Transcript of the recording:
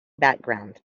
background